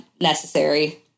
necessary